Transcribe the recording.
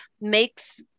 makes